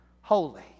Holy